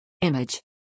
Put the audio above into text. Image